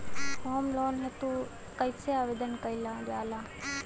Home loan हेतु कइसे आवेदन कइल जाला?